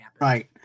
right